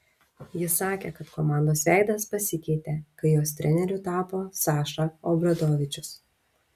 jis sakė kad komandos veidas pasikeitė kai jos treneriu tapo saša obradovičius